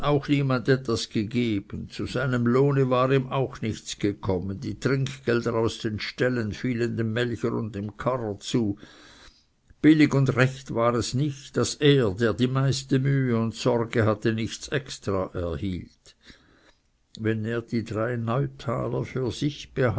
niemand etwas gegeben zu seinem lohn war ihm auch nichts gekommen die trinkgelder aus den ställen fielen dem melcher und dem karrer zu billig und recht war es nicht daß er der die meiste mühe und sorge hatte nichts extra erhielt wenn er die drei neutaler für sich